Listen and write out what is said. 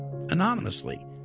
anonymously